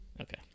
Okay